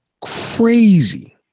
crazy